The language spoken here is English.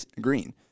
Green